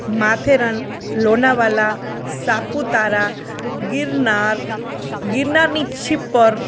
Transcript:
માથેરાન લોનાવલા સાપુતારા ગિરનાર ગિરનારની સીપર